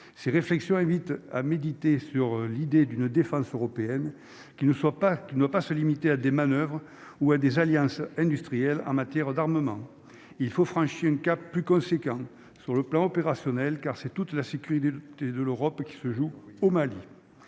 ces réflexions invite à méditer sur l'idée d'une défense européenne qui ne soit pas, qui ne doit pas se limiter à des manoeuvres ou à des alliances industrielles en matière d'armement il faut franchi un cap plus conséquent sur le plan opérationnel, car c'est toute la sécurité et de l'Europe qui se joue au Mali,